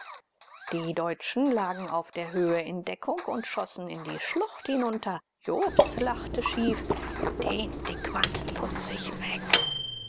die deutschen lagen auf der höhe in deckung und schossen in die schlucht hinunter jobst lachte schief den dickwanst putze ich weg